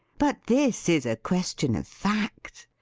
but this is a question of fact.